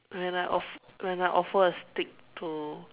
when I of~ when I offer a stick to